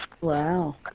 Wow